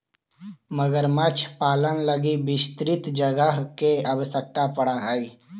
मगरमच्छ पालन लगी विस्तृत जगह के आवश्यकता पड़ऽ हइ